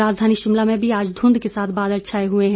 राजधानी शिमला में भी आज ध्रंध के साथ बादल छाए हए हैं